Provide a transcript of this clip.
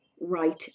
right